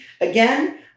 again